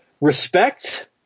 Respect